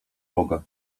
boga